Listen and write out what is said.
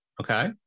Okay